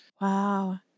Wow